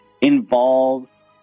involves